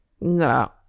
no